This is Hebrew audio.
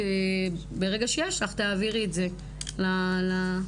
ברגע שיש לך תעבירי את זה לעוסקים